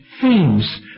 themes